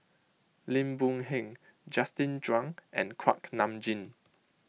Lim Boon Heng Justin Zhuang and Kuak Nam Jin